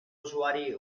usuari